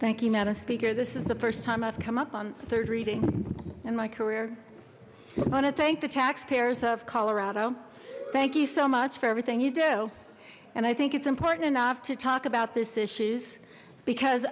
madam speaker this is the first time i've come up on third reading in my career i want to thank the taxpayers of colorado thank you so much for everything you do and i think it's important enough to talk about this issues because